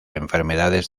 enfermedades